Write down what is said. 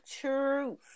truth